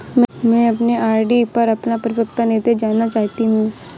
मैं अपने आर.डी पर अपना परिपक्वता निर्देश जानना चाहती हूँ